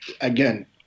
again